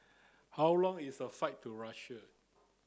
how long is the flight to Russia